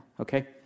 okay